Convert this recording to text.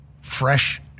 fresh